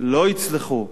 לא יצלחו.